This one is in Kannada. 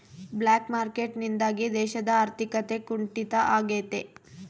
ಬ್ಲಾಕ್ ಮಾರ್ಕೆಟ್ ನಿಂದಾಗಿ ದೇಶದ ಆರ್ಥಿಕತೆ ಕುಂಟಿತ ಆಗ್ತೈತೆ